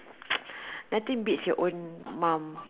nothing beats your own mum